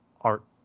art